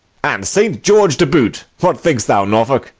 and saint george to boot what think'st thou, norfolk?